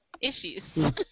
Issues